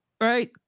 right